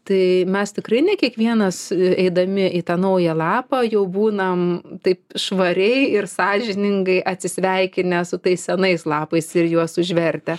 tai mes tikrai ne kiekvienas eidami į tą naują lapą jau būnam taip švariai ir sąžiningai atsisveikinę su tais senais lapais ir juos užvertę